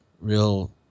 real